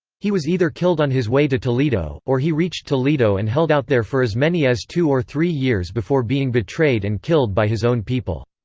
he was either killed on his way to toledo, or he reached toledo and held out there for as many as two or three years before being betrayed and killed by his own people.